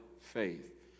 faith